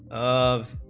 of